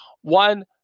one